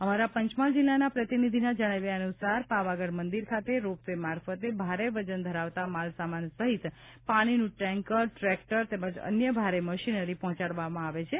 અમારા પંચમહાલ જિલ્લાના પ્રતિનિધીના જણાવ્યા અનુસાર પાવાગઢ મંદિર ખાતે રોપ વે મારફતે ભારે વજન ધરાવતા માલ સામાન સહિત પાણીનું ટેન્કર ટ્રેકટર તેમજ અન્ય ભારે મશીનરી પહોંચાડવામાં આવે છે